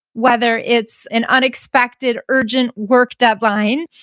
whether it's an unexpected urgent work deadline,